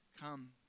come